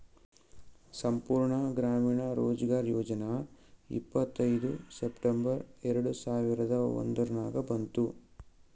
ಸಂಪೂರ್ಣ ಗ್ರಾಮೀಣ ರೋಜ್ಗಾರ್ ಯೋಜನಾ ಇಪ್ಪತ್ಐಯ್ದ ಸೆಪ್ಟೆಂಬರ್ ಎರೆಡ ಸಾವಿರದ ಒಂದುರ್ನಾಗ ಬಂತು